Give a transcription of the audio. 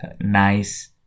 nice